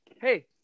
Hey